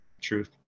truth